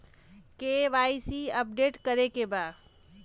KYC update करे के बा?